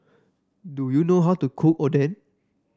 do you know how to cook Oden